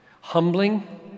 Humbling